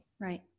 Right